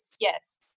yes